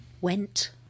Went